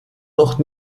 noch